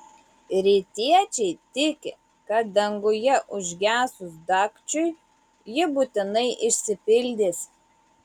rytiečiai tiki kad danguje užgesus dagčiui ji būtinai išsipildys